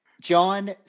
John